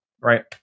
Right